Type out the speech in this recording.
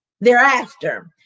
thereafter